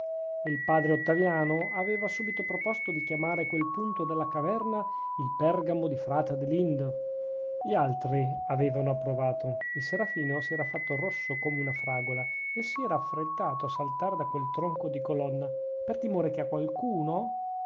il padre ottaviano aveva subito proposto di chiamare quel punto della caverna il pergamo di frate adelindo gli altri avevano approvato il serafino si era fatto rosso come una fravola e si era affrettato a saltare da quel tronco di colonna per timore che a qualcheduno